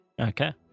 Okay